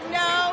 no